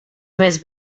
més